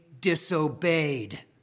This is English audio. disobeyed